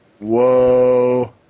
whoa